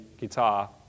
guitar